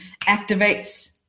activates